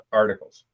articles